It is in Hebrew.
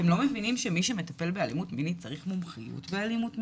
אתם לא מבינים שמי שמטפל באלימות מינית צריך מומחיות באלימות מינית?